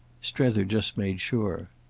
strether just made sure.